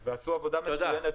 והם עשו עבודה מצוינת.